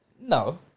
no